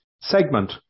segment